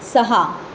सहा